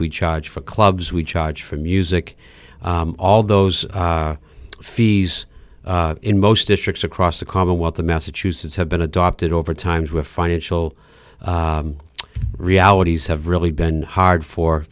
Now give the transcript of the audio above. we charge for clubs we charge for music all those fees in most districts across the commonwealth of massachusetts have been adopted over times where financial realities have really been hard for